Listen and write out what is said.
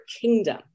kingdom